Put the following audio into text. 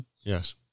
yes